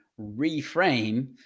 reframe